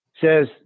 Says